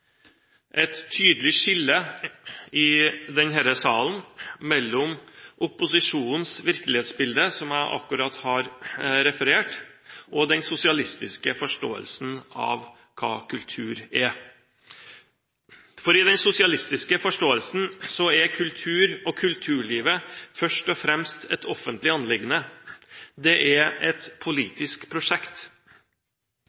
et tydelig skille i denne salen mellom opposisjonens virkelighetsbilde, som jeg akkurat har referert, og den sosialistiske forståelsen av hva kultur er. I den sosialistiske forståelsen er kultur og kulturlivet først og fremst et offentlig anliggende – det er et